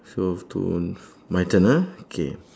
so to my turn ah okay